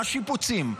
למה שיפוצים?